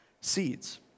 seeds